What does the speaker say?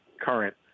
current